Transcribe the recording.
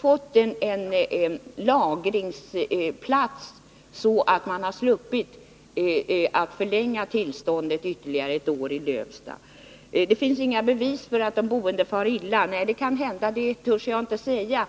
få en lagringsplats, så att koncessionsnämnden hade sluppit att förlänga tillståndet i Lövsta ytterligare ett år. Lennart Blom säger att det inte finns några bevis för att de boende runt anläggningen i Lövsta far illa. Det kan hända, det törs jag inte yttra mig om.